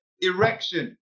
erection